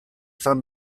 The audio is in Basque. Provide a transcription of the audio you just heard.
zen